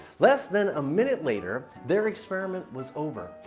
less than a minute later, their experiment was over.